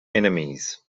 enemies